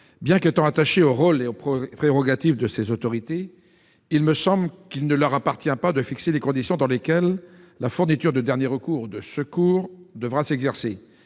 Bien que je sois attaché au rôle et aux prérogatives de ces autorités, il me semble qu'il ne leur appartient pas de fixer les conditions dans lesquelles la fourniture de dernier recours ou de secours devra s'exercer.